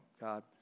God